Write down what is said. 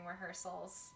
rehearsals